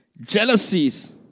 jealousies